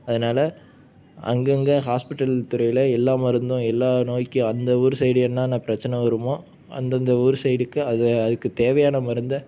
அதனால் அங்கங்கே ஹாஸ்பிடல் துறையில் எல்லா மருந்தும் எல்லா நோய்க்கும் அந்த ஊர் சைடு என்னென்ன பிரச்சனை வருமோ அந்தந்த ஊர் சைடுக்கு அது அதுக்கு தேவையான மருந்தை